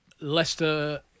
Leicester